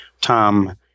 Tom